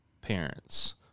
parents